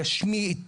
גשמית,